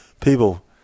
people